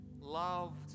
loved